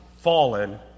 fallen